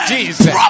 Jesus